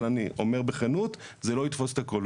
אבל אני אומר בכנות, זה לא יתפוס את הכל.